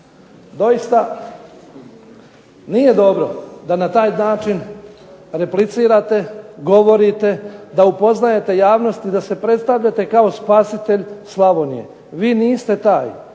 Doista, nije dobro da na taj način replicirate, govorite, da upoznajete javnost i da se predstavljate kao spasitelj Slavonije. Vi niste taj